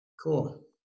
Cool